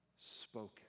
Spoken